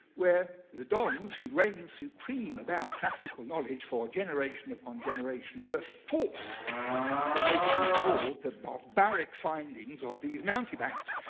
where the dons, who had reigned supreme about classical knowledge for generation upon generation, were forced to take on board the barbaric findings of these mountebanks.